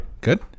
Good